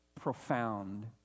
profound